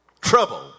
trouble